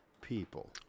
people